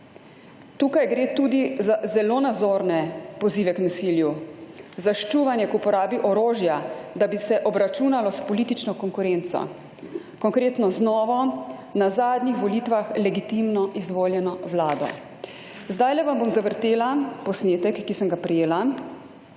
Tukaj gre tudi za zelo nazorne pozive k nasilju, za k ščuvanju k uporabi orožja, da bi se obračunalo s politično konkurenco, konkretno z novo, na zadnjih volitvah legitimno izvoljeno vlado. Zdaj vam bom zavrtela posnetek, ki sem ga prejela